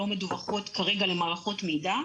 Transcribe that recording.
לא מדווחות כרגע למערכות המידע,